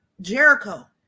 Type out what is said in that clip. Jericho